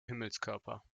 himmelskörper